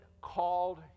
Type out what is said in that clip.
called